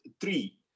three